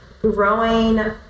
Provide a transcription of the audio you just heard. growing